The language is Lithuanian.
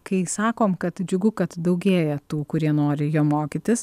kai sakom kad džiugu kad daugėja tų kurie nori jo mokytis